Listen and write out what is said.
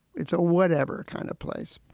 it's a whatever kind of place